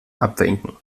abwinken